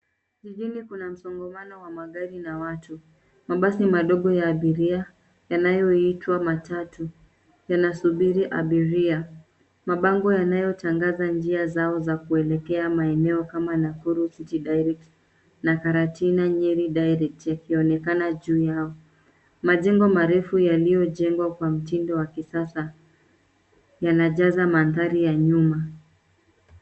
Mjini kuna msongamano wa magari na watu. Mabasi madogo ya abiria yanayoitwa matatu yanasubiri abiria. Mabango yanayotangaza njia zao za kuelekea kama Nakuru city direct na Karatina Nyeri direct yanaonekana juu yao. Majengo marefu yaliyojengwa Kwa mtindo wa kisasa yanajaza mandhari ya nyuma.